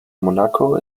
monaco